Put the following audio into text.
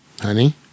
Honey